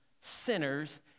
sinners